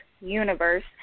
universe